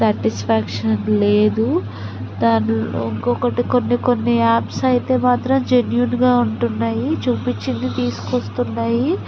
satisfaction లేదు దాంట్లో ఇంకొకటి కొన్ని కొన్ని యాప్స్ అయితే మాత్రం జెన్యూన్గా ఉంటున్నాయి చూపించింది తీసుకువస్తున్నాయి